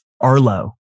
Arlo